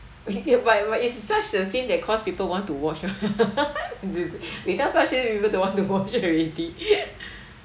y~ ya but but is such a scene that cause people want to watch what th~ th~ because actually people don't want to watch already